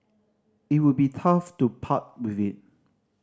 it would be tough to part with it